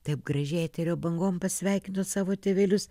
taip gražiai eterio bangom pasveikinot savo tėvelius